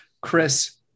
Chris